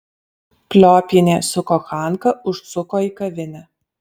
pliopienė su kochanka užsuko į kavinę